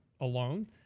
alone